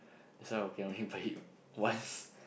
that's why okay lor I only bought it once